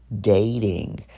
dating